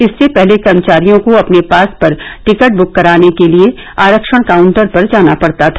इससे पहले कर्मचारियों को अपने पास पर टिकट ब्क कराने के लिए आरक्षण काउंटर पर जाना पड़ता था